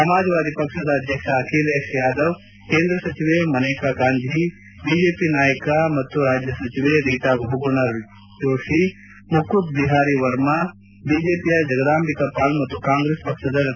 ಸಮಾಜವಾದಿ ಪಕ್ಷದ ಅಧ್ಯಕ್ಷ ಅಖಿಲೇಶ್ ಯಾದವ್ ಕೇಂದ್ರ ಸಚಿವೆ ಮೇನಕಾ ಗಾಂಧಿ ಬಿಜೆಪಿ ನಾಯಕಿ ಮತ್ತು ರಾಜ್ಯ ಸಚಿವೆ ರೀಟಾ ಬಹುಗುಣ ಜೋಷಿ ಮುಕುತ್ ಬಿಹಾರಿ ವರ್ಮಾ ಬಿಜೆಪಿಯ ಜಗದಾಂಬಿಕಾ ಪಾಲ್ ಮತ್ತು ಕಾಂಗ್ರೆಸ್ ಪಕ್ಷ ಡಾ